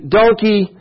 donkey